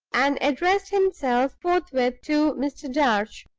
and addressed himself forthwith to mr. darch,